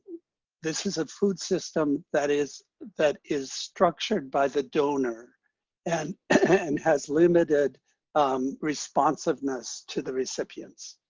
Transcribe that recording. this is a food system that is that is structured by the donor and and has limited um responsiveness to the recipients.